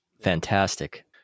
fantastic